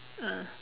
ah